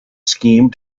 scheme